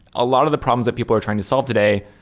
a lot of the problems that people are trying to solve today,